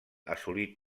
assolit